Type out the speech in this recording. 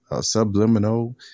subliminal